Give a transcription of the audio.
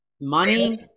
money